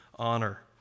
honor